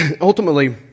Ultimately